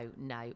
no